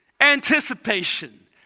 anticipation